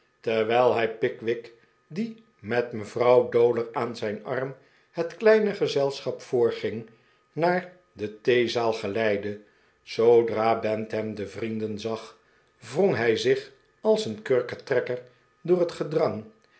terwijl hij pickwick die met mevrouw dowler aan zijn arm net kleine gezelschap voorging naar de theezaal geleidde zoodra bantam de vrienden zag wrong hij zich als een kurketrekker door het gedrang